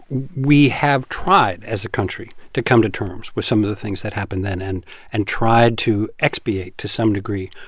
we have tried as a country to come to terms with some of the things that happened then and and tried to expiate, to some degree,